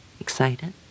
Excited